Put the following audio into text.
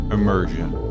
Immersion